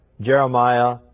Jeremiah